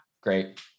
Great